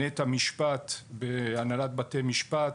נט המשפט בהנהלת בתי משפט,